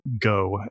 go